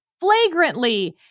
flagrantly